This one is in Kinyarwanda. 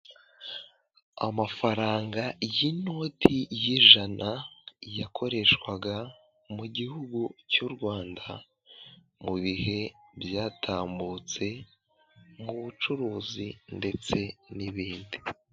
Amafaranga y'inoti y'ijana, yakoreshwaga mu gihugu cy'u Rwanda, mu bihe byatambutse, mu bucuruzi ndetse n'ibindi.